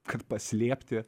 kad paslėpti